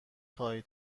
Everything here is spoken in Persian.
خواهی